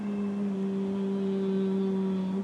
mm